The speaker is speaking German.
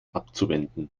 abzuwenden